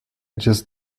just